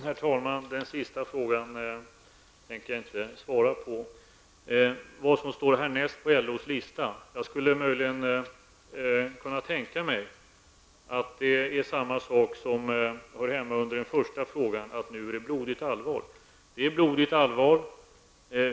Herr talman! Den sista frågan tänker jag inte svara på. Det som står härnäst på LOs lista skulle jag möjligen kunna tänka mig är samma sak som hör hemma under den första frågan, som handlar om att det nu är blodigt allvar. Det är blodigt allvar.